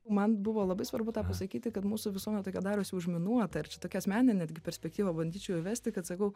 man buvo labai svarbu tą pasakyti kad mūsų visuomenė tokia darosi užminuota ir čia tokią asmeninę netgi perspektyvą bandyčiau įvesti kad sakau